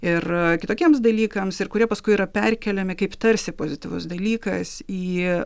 ir kitokiems dalykams kurie paskui yra perkeliami kaip tarsi pozityvus dalykas į